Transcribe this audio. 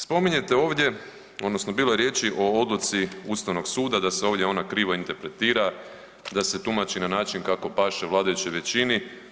Spominjete ovdje, odnosno bilo je riječi o odluci Ustavnog suda da se ovdje ona krivo interpretira, da se tumači na način kako paše vladajućoj većini.